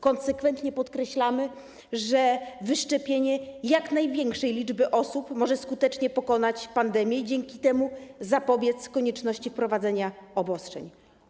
Konsekwentnie podkreślamy, że wyszczepienie jak największej liczby osób może skutecznie pokonać pandemię i dzięki temu zapobiec konieczności wprowadzenia obostrzeń.